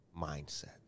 mindset